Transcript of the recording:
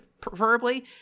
preferably